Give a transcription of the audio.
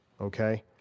okay